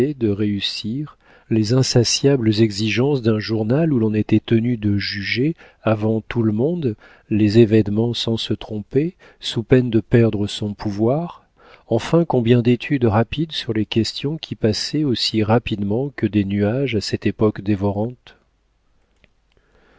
de réussir les insatiables exigences d'un journal où l'on était tenu de juger avant tout le monde les événements sans se tromper sous peine de perdre son pouvoir enfin combien d'études rapides sur les questions qui passaient aussi rapidement que des nuages à cette époque dévorante